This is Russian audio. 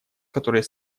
которой